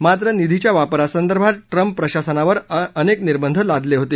मात्र निधीच्या वापरासंदर्भत ट्रंप प्रशासनावर अनेक निर्बंध लावले होते